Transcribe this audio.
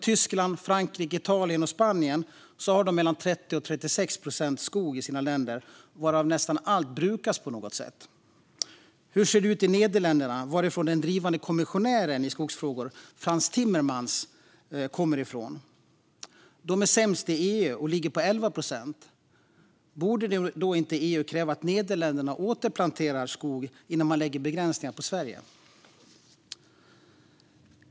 Tyskland, Frankrike, Italien och Spanien har 30-36 procent skog, varav nästan allt brukas på något sätt. Hur ser det ut i Nederländerna, som den drivande kommissionären i många skogsfrågor, Frans Timmermans, kommer från? De är sämst i EU och ligger på 11 procent. Borde då inte EU kräva att Nederländerna återplanterar skog innan man lägger begränsningar på Sverige?